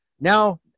now